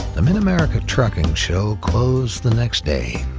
the mid america trucking show closed the next day.